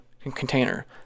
container